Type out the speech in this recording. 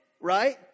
right